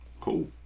Cool